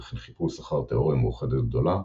וכן חיפוש אחר תאוריה מאוחדת גדולה,